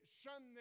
shun